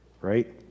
right